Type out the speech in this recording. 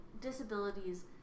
disabilities